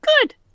good